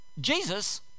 Jesus